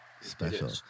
Special